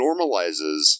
normalizes